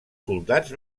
soldats